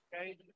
Okay